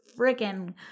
freaking